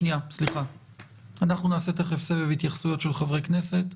אנחנו נעשה תכף סבב התייחסויות של חברי כנסת,